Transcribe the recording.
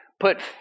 put